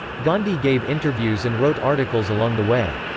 gandhi gave interviews and wrote articles along the way.